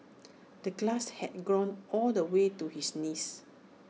the grass had grown all the way to his knees